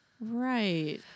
Right